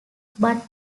but